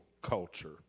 culture